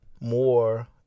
more